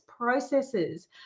processes